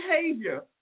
behavior